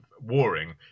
warring